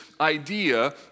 idea